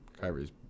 Kyrie's